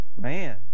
Man